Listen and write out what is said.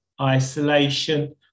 isolation